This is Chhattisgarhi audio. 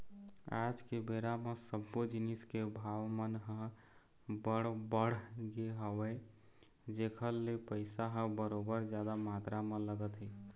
आज के बेरा म सब्बो जिनिस के भाव मन ह बड़ बढ़ गे हवय जेखर ले पइसा ह बरोबर जादा मातरा म लगथे